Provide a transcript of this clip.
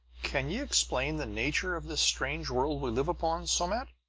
can ye explain the nature of this strange world we live upon, somat?